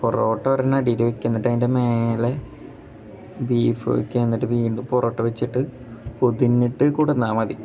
പൊറോട്ട ഒരെണ്ണം അടീലെക്കാ എന്നിട്ട് അതിൻ്റെ മേലെ ബീഫ് വയ്ക്കുക എന്നിട്ട് വീണ്ടും പൊറോട്ട വച്ചിട്ട് പൊതിഞ്ഞിട്ട് കൊണ്ടു വന്നാൽ മതി